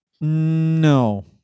No